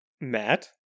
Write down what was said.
Matt